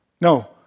No